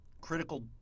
critical